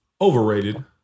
overrated